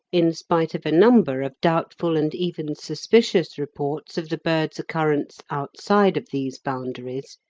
in spite of a number of doubtful and even suspicious reports of the bird's occurrence outside of these boundaries,